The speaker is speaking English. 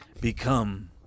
Become